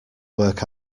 work